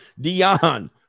Dion